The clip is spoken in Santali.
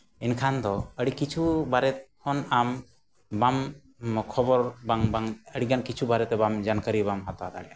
ᱮᱱᱠᱷᱟᱱ ᱫᱚ ᱟᱹᱰᱤ ᱠᱤᱪᱷᱩ ᱵᱟᱨᱮ ᱠᱷᱚᱱ ᱟᱢ ᱵᱟᱢ ᱠᱷᱚᱵᱚᱨ ᱵᱟᱝ ᱵᱟᱝ ᱟᱹᱰᱤᱜᱟᱱ ᱠᱤᱪᱷᱩ ᱵᱟᱨᱮᱛᱮ ᱡᱟᱱᱠᱟᱨᱤ ᱵᱟᱢ ᱦᱟᱛᱟᱣ ᱫᱟᱲᱮᱭᱟᱜᱼᱟ